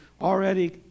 already